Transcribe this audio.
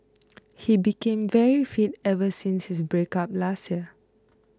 he became very fit ever since his breakup last year